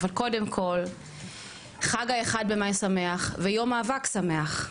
אבל קודם כל, חג ה-1 במאי שמח ויום מאבק שמח.